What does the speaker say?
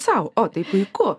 sau o tai puiku